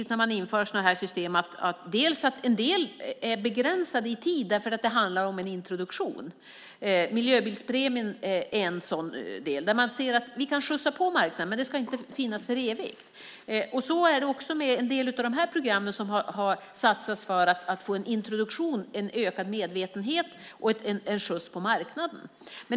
När man inför sådana system är det viktigt att begränsa en del av dem i tid eftersom det handlar om en introduktion. Miljöbilspremien är en sådan sak där vi ser att vi kan ge marknaden en skjuts, men det ska inte finnas för evigt. Så är det också med en del av de program som det satsats på. Det har handlat om att ge en introduktion, skapa en ökad medvetenhet och ge en skjuts till marknaden.